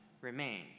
remain